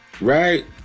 Right